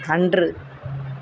அன்று